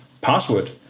password